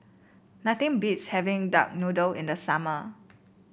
nothing beats having Duck Noodle in the summer